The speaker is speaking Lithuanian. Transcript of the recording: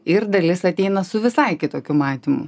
ir dalis ateina su visai kitokiu matymu